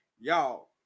y'all